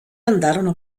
andarono